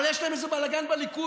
אבל יש להם איזה בלגן בליכוד,